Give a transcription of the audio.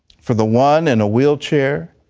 for the one in a wheelchair,